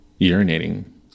urinating